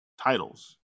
titles